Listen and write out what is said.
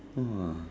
!wah!